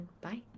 bye